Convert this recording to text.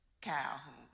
Calhoun